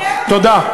תודה.